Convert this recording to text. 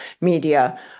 media